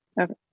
Okay